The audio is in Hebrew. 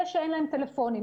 אלה שאין להם טלפונים,